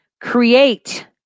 create